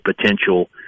potential